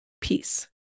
peace